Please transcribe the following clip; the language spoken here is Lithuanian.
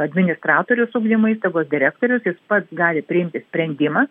administratorius ugdymo įstaigos direktorius jis pats gali priimti sprendimą